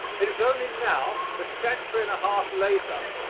it is only now, a century and a half later,